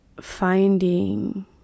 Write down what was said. finding